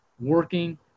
working